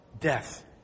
death